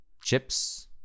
chips